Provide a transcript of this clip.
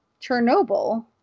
Chernobyl